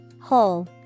Hole